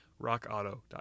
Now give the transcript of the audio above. rockauto.com